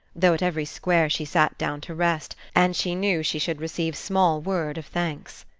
though at every square she sat down to rest, and she knew she should receive small word of thanks.